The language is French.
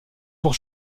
pour